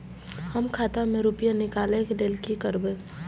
हम खाता से रुपया निकले के लेल की करबे?